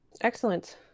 excellent